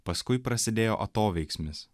paskui prasidėjo atoveiksmis